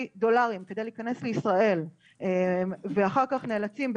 דולרים כדי להיכנס לישראל ואחר כך נאלצים,